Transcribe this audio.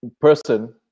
person